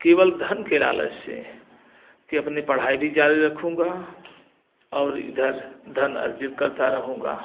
केवल धन के लालच से की अपनी पढ़ाई भी जारी रखूँगा और इधर धन अर्जित करता रहूँगा